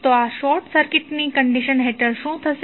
તો શોર્ટ સર્કિટની કંડિશન હેઠળ શું થશે